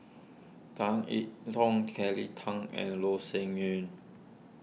Tan E Tong Kelly Tang and Loh Sin Yun